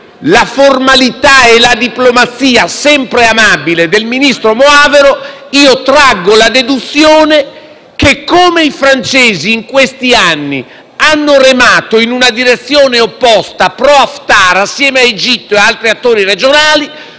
la formalità e la diplomazia, sempre amabile, del ministro Moavero Milanesi, traggo la deduzione che i francesi, che in questi anni hanno remato in una direzione opposta, *pro*-Haftar, insieme a Egitto e ad altri attori ragionali,